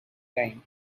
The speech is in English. time